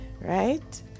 right